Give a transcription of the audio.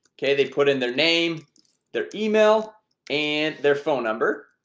okay, they've put in their name their email and their phone number,